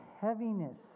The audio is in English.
heaviness